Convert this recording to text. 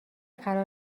قرار